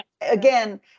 again